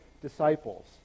disciples